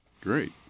Great